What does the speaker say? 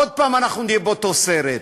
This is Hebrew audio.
עוד פעם אנחנו נהיה באותו סרט.